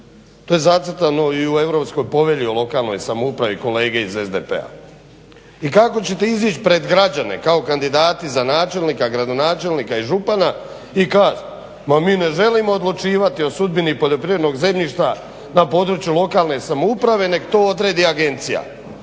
To je zacrtano i u Europskoj povelji o lokalnoj samoupravi kolega iz SDP-a. I kako ćete izići pred građane kao kandidati za načelnika, gradonačelnika i župana i kazati ma mi ne želimo odlučivati o sudbini poljoprivrednog zemljišta na području lokalne samouprave, nek to odredi agencija.